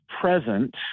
present